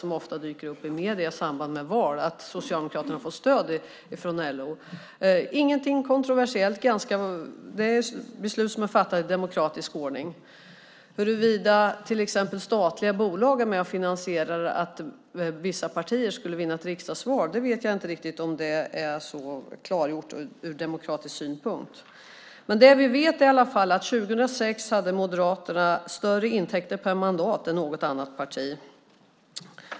I samband med val dyker ofta frågan upp om att Socialdemokraterna får stöd från LO. Men det är inget kontroversiellt, utan det handlar om beslut fattade i demokratisk ordning. När det gäller om till exempel statliga bolag är med och finansierar så att vissa partier vinner ett riksdagsval vet jag inte riktigt om det är så klargjort från demokratisk synpunkt. I alla fall vet vi att Moderaterna år 2006 hade större intäkter per mandat än något annat parti.